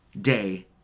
day